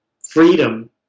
freedom